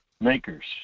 makers